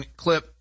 clip